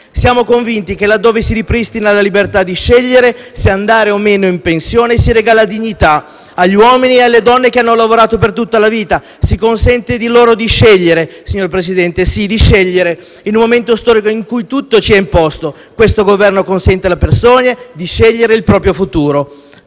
Siamo convinti che, laddove si ripristina la libertà di scegliere se andare o meno in pensione, si regala dignità agli uomini e alle donne che hanno lavorato per tutta la vita; si consente loro di scegliere, signor Presidente. Sì, di scegliere; in un momento storico in cui tutto ci è imposto, questo Governo consente alle persone di scegliere il proprio futuro.